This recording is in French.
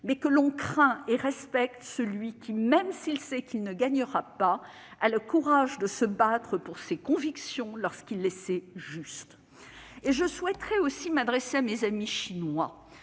mais que l'on craint et respecte celui qui, même s'il sait qu'il ne gagnera pas, a le courage de se battre pour ses convictions lorsqu'il les sait justes. Je souhaiterais aussi m'adresser à mes amis chinois,